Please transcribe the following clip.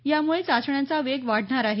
यामुळे चाचण्यांचा वेग वाढणार आहे